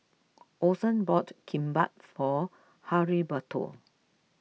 Orson bought Kimbap for Heriberto